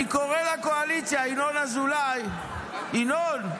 אני קורא לקואליציה, ינון אזולאי, ינון,